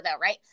right